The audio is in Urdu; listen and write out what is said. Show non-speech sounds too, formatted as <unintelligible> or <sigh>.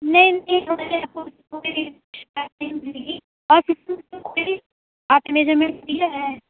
نہیں نہیں <unintelligible> آپ نے میزرمنٹ دیا ہے